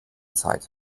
zeit